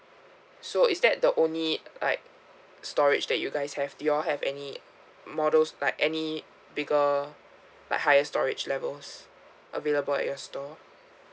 so is that the only like storage that you guys have do you all have any models like any bigger like higher storage levels available at your store